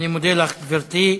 אני מודה לך, גברתי.